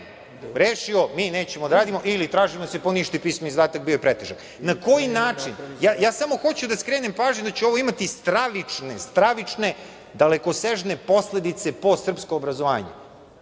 pogrešio, mi nećemo da radimo ili tražimo da se poništi pismeni zadatak, bio je pretežak. Na koji način?31/1 MO/LŽ 16.10 – 16.20Ja samo hoću da skrenem pažnju da će ovo imati stravične, stravične, dalekosežne posledice po srpsko obrazovanje.